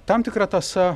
tam tikra tąsa